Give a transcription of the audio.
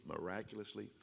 miraculously